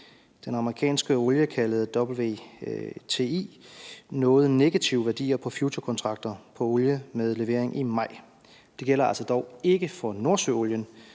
Den amerikanske olie kaldet WTI nåede negative værdier på futurekontakter på olie med levering i maj. Det gælder dog ikke for nordsøolien.